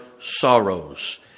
sorrows